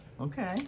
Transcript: Okay